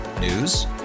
News